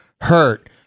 hurt